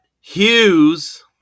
Hughes